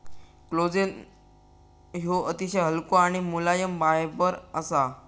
collagen ह्यो अतिशय हलको आणि मुलायम फायबर असा